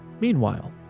Meanwhile